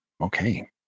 okay